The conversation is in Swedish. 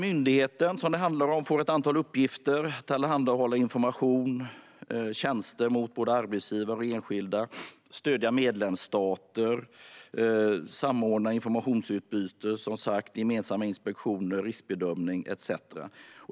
Myndigheten det handlar om får ett antal uppgifter: att tillhandahålla information och tjänster till både arbetsgivare och enskilda, stödja medlemsstater, samordna informationsutbyte, gemensamma inspektioner, riskbedömning etcetera.